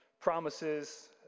promises